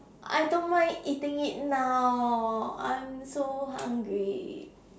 I don't mind eating it now I'm so hungry